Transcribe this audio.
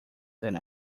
than